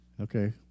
Okay